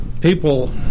people